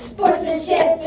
Sportsmanship